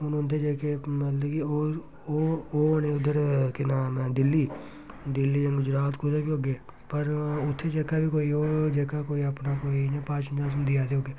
हून उं'दे जेह्के मतलब कि ओह् ओह् ओह् होने उद्धर केह् नाम ऐ दिल्ली जां गुजरात कुदै बी होगे पर उत्थें जेह्का बी कोई होग जेह्का बी कोई अपना कोई इ'यां भाशन शासन देयै दे होगे